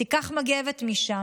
"תיקח מגבת משם",